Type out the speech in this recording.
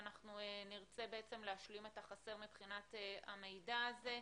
אנחנו נרצה להשלים את החסר מבחינת המידע הזה.